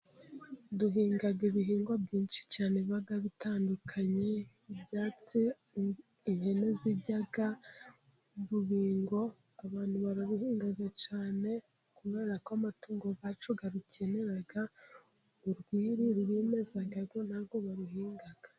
Duhinga ibihingwa byinshi cyane biba bitandukanye. Ibyatsi ihene zirya, urubingo abantu bararuhinga cyane kubera ko amatungo yacu arukenera, urwiri rurimeza rwo ntabwo baruhinga.